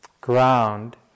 ground